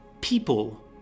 people